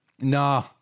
No